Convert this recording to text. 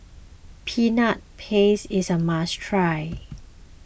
Peanut Paste is a must try